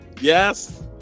Yes